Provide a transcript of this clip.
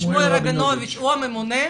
שמואל רבינוביץ הוא הממונה,